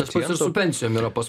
tas pats ir su pensijom yra pas